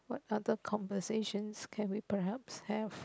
what other conversations can we perhaps have